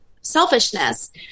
selfishness